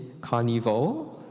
carnival